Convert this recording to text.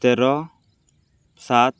ତେର ସାତ